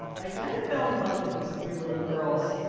i kind of fell in love with these three little girls.